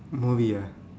movie ah